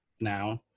now